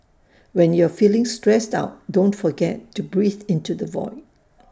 when you are feeling stressed out don't forget to breathe into the void